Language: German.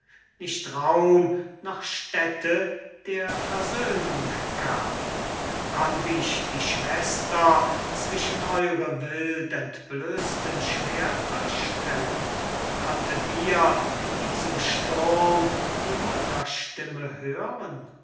nicht raum noch stätte der versöhnung gab konnt ich die schwester zwischen eure wild entblößten schwerter stellen konntet ihr in diesem sturm die mutterstimme hören